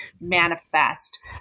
manifest